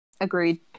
Agreed